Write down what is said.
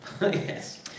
Yes